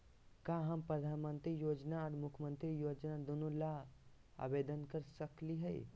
का हम प्रधानमंत्री योजना और मुख्यमंत्री योजना दोनों ला आवेदन कर सकली हई?